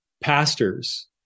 pastors